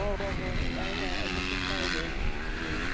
ꯑꯣ ꯍꯣꯏ ꯍꯣꯏ ꯌꯥꯏ ꯌꯥꯏ ꯑꯗꯨꯁꯨ ꯀꯥꯏꯗꯦ ꯎꯝ